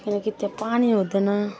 किनकि त्यहाँ पानी हुँदैन